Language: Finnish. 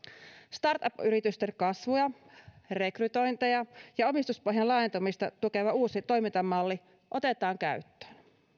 startup yritysten kasvua rekrytointeja ja omistuspohjan laajentamista tukeva uusi toimintamalli otetaan käyttöön